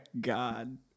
God